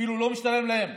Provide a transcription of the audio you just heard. אפילו לא משתלם להם,